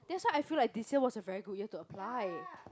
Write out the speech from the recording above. that's why I feel like this year was a very good year to apply